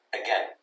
again